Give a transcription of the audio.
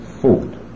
food